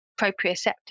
proprioceptive